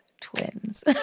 twins